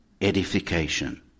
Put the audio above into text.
edification